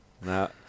no